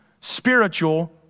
spiritual